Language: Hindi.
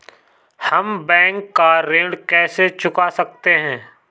हम बैंक का ऋण कैसे चुका सकते हैं?